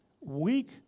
Weak